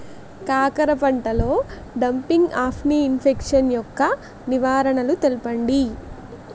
కాకర పంటలో డంపింగ్ఆఫ్ని ఇన్ఫెక్షన్ యెక్క నివారణలు తెలపండి?